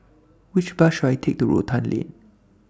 Which Bus should I Take to Rotan Lane